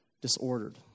disordered